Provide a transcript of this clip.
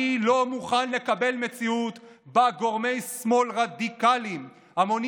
אני לא מוכן לקבל מציאות שבה גורמי שמאל רדיקליים המונים